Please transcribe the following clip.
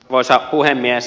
arvoisa puhemies